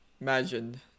imagined